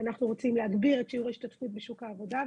אנחנו רוצים להגביר את שיעור ההשתתפות בשוק העבודה.